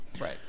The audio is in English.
Right